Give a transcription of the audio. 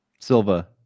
Silva